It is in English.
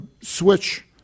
switch